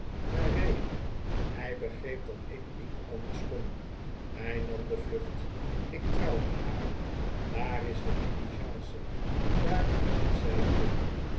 naar rede hij begreep dat ik niet anders kon hij nam de vlucht ik trouwde haar daar is de diligence daar zit zij in